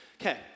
Okay